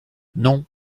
non